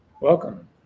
Welcome